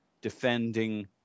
defending